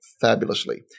fabulously